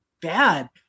bad